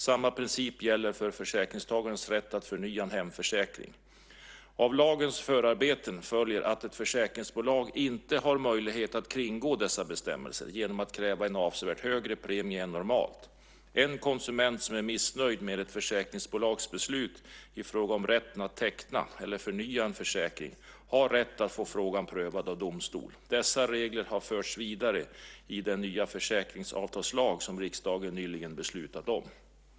Samma princip gäller för försäkringstagarens rätt att förnya en hemförsäkring. Av lagens förarbeten följer att ett försäkringsbolag inte har möjlighet att kringgå dessa bestämmelser genom att kräva en avsevärt högre premie än normalt. En konsument som är missnöjd med ett försäkringsbolags beslut i fråga om rätten att teckna eller förnya en försäkring har rätt att få frågan prövad av domstol. Dessa regler har förts vidare i den nya försäkringsavtalslag som riksdagen nyligen beslutat om.